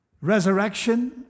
resurrection